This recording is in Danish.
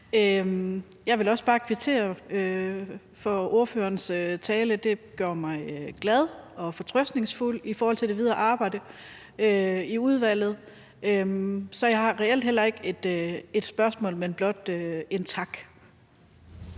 Jeg vil også bare kvittere for ordførerens tale. Det gør mig glad og fortrøstningsfuld i forhold til det videre arbejde i udvalget. Så jeg har reelt heller ikke et spørgsmål, men vil blot sige tak.